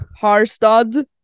Harstad